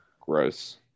gross